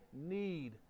need